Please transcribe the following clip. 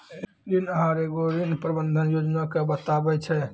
ऋण आहार एगो ऋण प्रबंधन योजना के बताबै छै